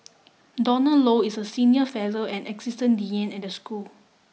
Donald Low is senior fellow and assistant dean at the school